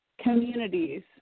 communities